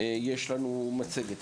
עינת שגיא אלפסה,